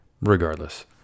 regardless